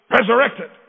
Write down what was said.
resurrected